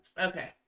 Okay